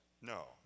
No